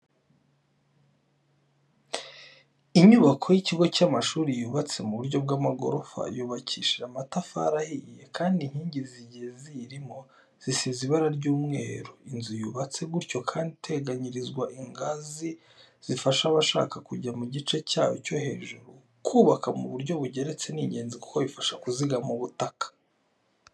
Inyubako y'ikigo cy'amashuri yubatse mu buryo bw'amagorofa, yubakishije amatafari ahiye kandi inkingi zigiye ziyirimo zisize ibara ry'umweru. Inzu yubatse gutyo kandi iteganyirizwa ingazi zifasha abashaka kujya mu gice cyayo cyo hejuru. Kubaka mu buryo bugeretse ni ingenzi kuko bifasha kuzigama ubutaka.